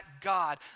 God